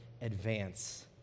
Advance